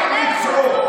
בינתיים ראיתי אותך,